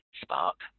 spark